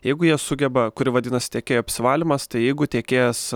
jeigu jie sugeba kuri vadinasi tiekėjo apsivalymas tai jeigu tiekėjas